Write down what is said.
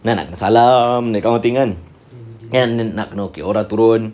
then nak salam that kind of thing kan and nak orang turun